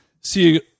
see